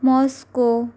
Moscow